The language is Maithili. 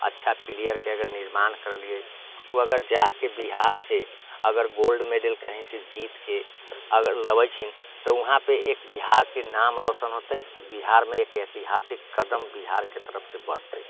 अच्छा प्लेयरके अगर निर्माण करलियै उ अगर जाके बिहारसँ अगर गोल्ड मैडल कहींसँ जीतके अगर लबै छिन तऽ वहाँपर एक बिहारके नाम रौशन होतै आओर बिहारमे एक ऐतिहासिक कदम बिहारके तरफसँ बढ़ते